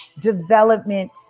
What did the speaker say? development